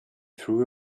through